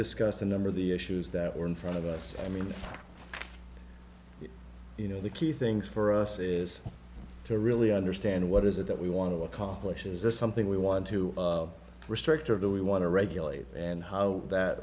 discussed a number of the issues that were in front of us i mean you know the key things for us is to really understand what is it that we want to accomplish is this something we want to restrict or do we want to regulate and how that